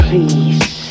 Please